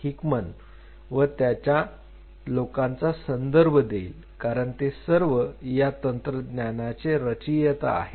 Hickman व त्याच्या लोकांचा संदर्भ देईल कारण ते सर्व या तंत्रज्ञानाचे रचयिता आहेत